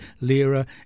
Lira